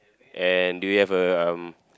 and do we have a um